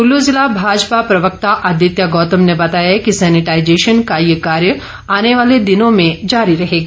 कुल्लू जिला भाजपा प्रवक्ता आदित्य गौतम ने बताया कि सैनिटाईजेशन का ये कार्य आने वाले दिनों में जारी रहेगा